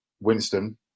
Winston